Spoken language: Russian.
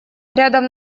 рядом